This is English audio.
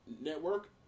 network